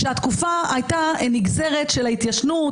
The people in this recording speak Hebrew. כשהתקופה הייתה נגזרת של ההתיישנות,